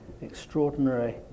extraordinary